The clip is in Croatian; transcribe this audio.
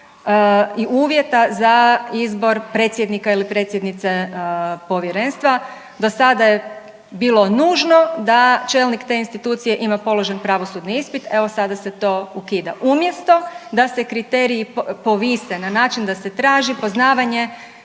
i uvjeta za izbor predsjednika ili predsjednice Povjerenstva. Do sada je bilo nužno da čelnik te institucije ima položen pravosudni ispit, evo, sada se to ukida umjesto da se kriteriji povise na način da se traži poznavanje